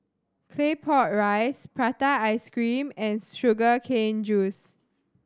Claypot Rice prata ice cream and sugar cane juice